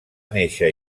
néixer